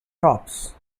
tops